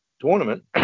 tournament